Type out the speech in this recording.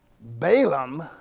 Balaam